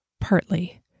partly